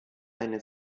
eine